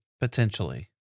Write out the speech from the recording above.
potentially